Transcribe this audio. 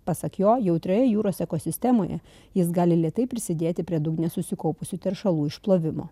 pasak jo jautrioje jūros ekosistemoje jis gali lėtai prisidėti prie dugne susikaupusių teršalų išplovimo